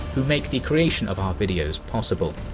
who make the creation of our videos possible.